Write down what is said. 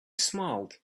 smiled